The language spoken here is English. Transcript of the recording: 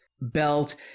belt